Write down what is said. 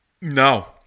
No